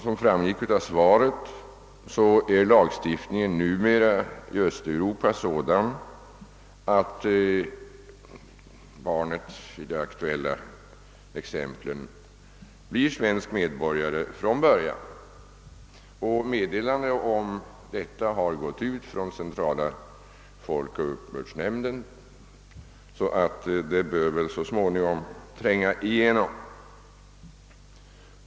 Som framgick av svaret är lagstiftningen i Östeuropa numera sådan, att barnen i de exempel, som anförts, från början blir svenska medborgare. Meddelande härom har gått ut från centrala folkbokföringsoch uppbördsnämnden, och detta bör så småningom tränga igenom.